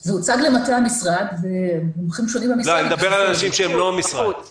זה הוצג למטה המשרד ומומחים שונים במשרד -- לא,